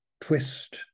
twist